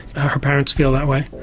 her parents feel that way.